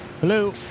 Hello